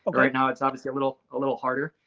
like right now, it's obviously a little ah little harder.